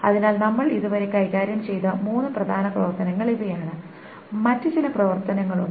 അതിനാൽ നമ്മൾ ഇതുവരെ കൈകാര്യം ചെയ്ത മൂന്ന് പ്രധാന പ്രവർത്തനങ്ങൾ ഇവയാണ് മറ്റ് ചില പ്രവർത്തനങ്ങൾ ഉണ്ട്